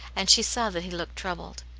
and she saw that he looked troubled.